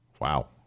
Wow